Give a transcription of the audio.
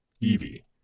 Evie